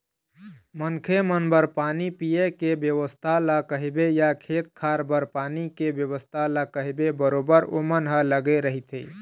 मनखे मन बर पानी पीए के बेवस्था ल कहिबे या खेत खार बर पानी के बेवस्था ल कहिबे बरोबर ओमन ह लगे रहिथे